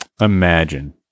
Imagine